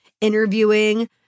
interviewing